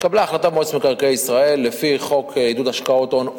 התקבלה החלטה במועצת מקרקעי ישראל לפי חוק עידוד השקעות הון,